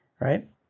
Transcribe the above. right